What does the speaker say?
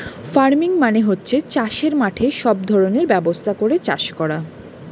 farming মানে হচ্ছে চাষের মাঠে সব ধরনের ব্যবস্থা করে চাষ করা